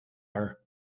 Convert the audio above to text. are